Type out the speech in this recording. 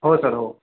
हो सर हो